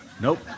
Nope